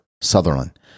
Sutherland